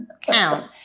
count